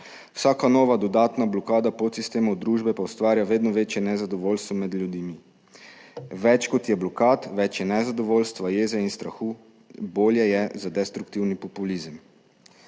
Vsaka nova dodatna blokada podsistemov družbe pa ustvarja vedno večje nezadovoljstvo med ljudmi. Več kot je blokad, več je nezadovoljstva, jeze in strahu, bolje je za destruktivni populizem.